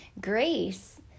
Grace